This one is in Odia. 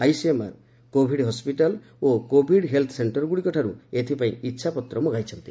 ଆଇସିଏମ୍ଆର୍ କୋଭିଡ୍ ହସ୍କିଟାଲ୍ ଓ କୋଭିଡ୍ ହେଲ୍ଥ ସେଣ୍ଟରଗୁଡ଼ିକଠାରୁ ଏଥିପାଇଁ ଇଚ୍ଛାପତ୍ର ମଗାଇଛନ୍ତି